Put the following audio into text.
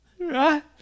Right